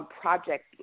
project